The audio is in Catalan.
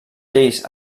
lleis